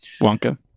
Wonka